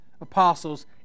apostles